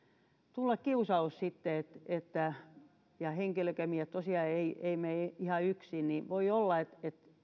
tulla sitten kiusaus ja jos henkilökemiat tosiaan eivät mene ihan yksiin voi olla että